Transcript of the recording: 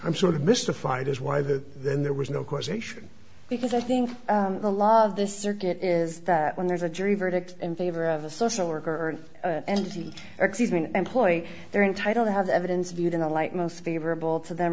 i'm sort of mystified as why that then there was no causation because i think the law of the circuit is that when there's a jury verdict in favor of a social worker or entity x even employee they're entitled to have the evidence viewed in the light most favorable to them